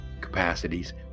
capacities